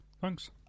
Thanks